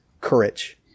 courage